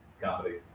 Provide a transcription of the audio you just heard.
comedy